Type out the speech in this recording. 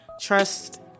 trust